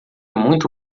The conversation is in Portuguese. muito